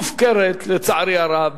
מופקרת לצערי הרב,